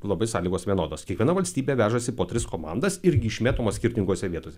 labai sąlygos vienodos kiekviena valstybė vežasi po tris komandas irgi išmėtomos skirtingose vietose